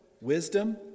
wisdom